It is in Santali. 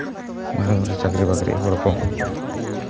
ᱵᱟᱦᱨᱮ ᱵᱟᱦᱨᱮ ᱪᱟᱹᱠᱨᱤ ᱵᱟᱹᱠᱨᱤ ᱦᱚᱲ ᱠᱚ